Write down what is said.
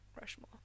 Rushmore